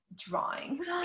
drawings